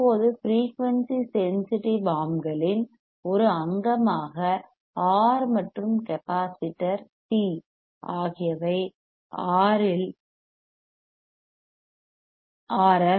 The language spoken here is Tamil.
இப்போது ஃபிரெயூனிசி சென்சிட்டிவ் ஆர்ம்களின் ஒரு அங்கமாக ஆர் மற்றும் கெப்பாசிட்டர் சி ஆகியவை ஆர் 1 இல் ஆர்